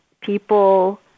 People